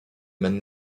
mènent